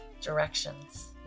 directions